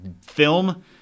film